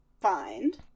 find